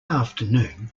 afternoon